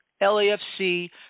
LAFC